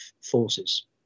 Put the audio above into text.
forces